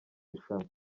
rushanwa